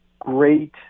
great